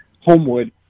Homewood